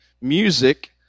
music